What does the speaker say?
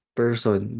person